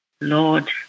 Lord